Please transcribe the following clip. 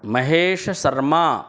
महेशसर्मा